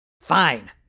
Fine